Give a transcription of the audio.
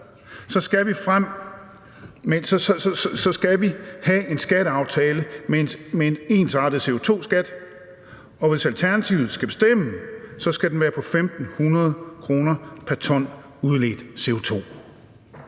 skal vi have en skatteaftale med en ensartet CO2-skat, og hvis Alternativet skal bestemme, så skal den være på 1.500 kr. pr. t udledt CO2.